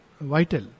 vital